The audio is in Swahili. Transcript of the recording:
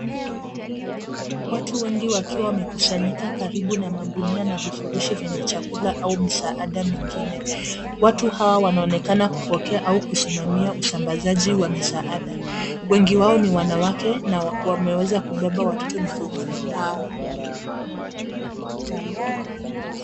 Watu wengi wakiwa wamekusanyika karibu na magunia na vifurushi vyenye chakula au misaada mingine. Watu hawa wanaonekana kupokea au kusimamia usambazaji wa misaada. Wengi wao ni wanawake, na wameweza kubeba watoto migongoni mwao.